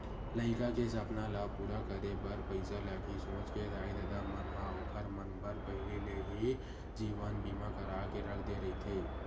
लइका के सपना ल पूरा करे बर पइसा लगही सोच के दाई ददा मन ह ओखर मन बर पहिली ले ही जीवन बीमा करा के रख दे रहिथे